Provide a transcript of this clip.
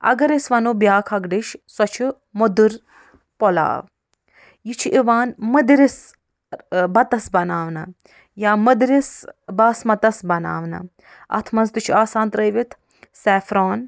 اگر أسۍ وَنو بیٛاکھ اکھ ڈِش سۄ چھِ مدُر پۄلاو یہِ چھِ یِوان مٔدرِس بتس بناونہٕ یا مٔدرِس باسمتس بناونہٕ اتھ منٛز تہِ چھُ آسان ترٛٲوِتھ سیفران